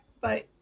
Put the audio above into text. Bye